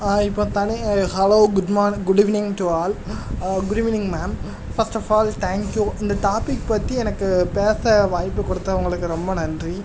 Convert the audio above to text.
hi இப்போ தலை hello good morning good evening to all good evening ma'am first of all thank you இந்த topic பற்றி எனக்கு பேச வாய்ப்பு கொடுத்தவங்களுக்கு ரொம்ப நன்றி